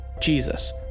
Jesus